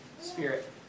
spirit